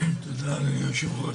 תודה ליושב-ראש.